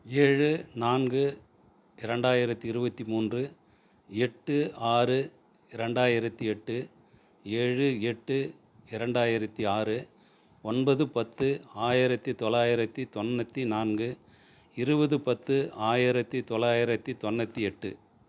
ஏழு நான்கு இரண்டாயிரத்து இருபத்தி மூன்று எட்டு ஆறு இரண்டாயிரத்து எட்டு ஏழு எட்டு இரண்டாயிரத்து ஆறு ஒன்பது பத்து ஆயிரத்து தொளாயிரத்து தொண்ணூற்றி நான்கு இருபது பத்து ஆயிரத்து தொளாயிரத்து தொண்ணூற்றி எட்டு